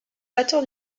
batteur